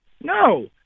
No